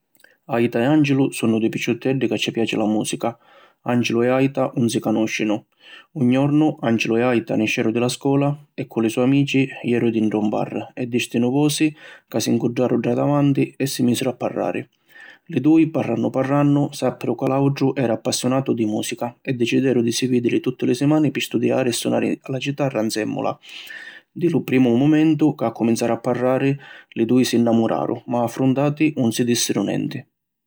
Aita e Ancilu sunnu dui picciutteddi ca ci piaci la musica. Ancilu e Aita ‘un si canuscinu. Un jornu Ancilu e Aita nisceru di la scola e cu li so amici jeru dintra un bar e distinu vosi ca si ncuntraru dda davanti e si misiru a parrari. Li dui parrannu parrannu, sappiru ca l’autru era appassionatu di musica e decideru di si vidiri tutti li simani pi studiari e sunari la citarra nzummula. Di lu primu mumentu ca accuminzaru a parrari, li dui si nnamuraru ma affruntati ‘un si dissiru nenti.